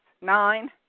nine